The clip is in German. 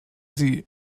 sie